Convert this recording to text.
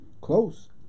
Close